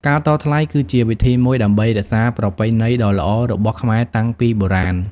ការតថ្លៃគឺជាវិធីមួយដើម្បីរក្សាប្រពៃណីដ៏ល្អរបស់ខ្មែរតាំងពីបុរាណ។